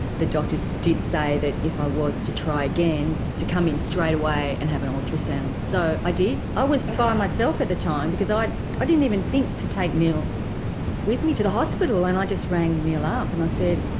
the doctors did say that if i was to try again to come in straight away and have an ultrasound. so i did, i was by myself at the time because i just didn't even think to take neil with me to the hospital and i just rang neil up and i said.